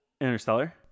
interstellar